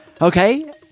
Okay